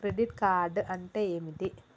Credit card అంటే ఏమిటి?